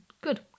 good